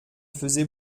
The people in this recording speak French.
faisait